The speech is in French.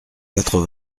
quatre